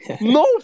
No